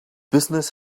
business